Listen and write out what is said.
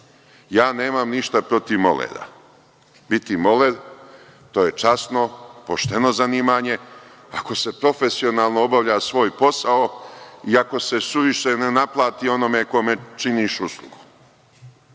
nemam ništa protiv molera. Biti moler, to je časno, pošteno zanimanje, ako se profesionalno obavlja svoj posao i ako se suviše ne naplati onome kome činiš uslugu.